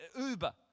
Uber